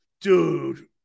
Dude